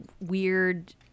weird